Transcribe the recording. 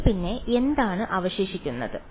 അപ്പോൾ പിന്നെ എന്താണ് അവശേഷിക്കുന്നത്